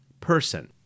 person